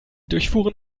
durchfuhren